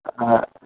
ஆ